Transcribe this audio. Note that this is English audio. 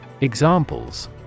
Examples